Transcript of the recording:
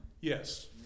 yes